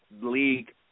league